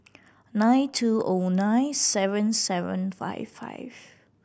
nine two O nine seven seven five five